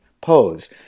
pose